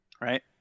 right